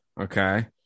Okay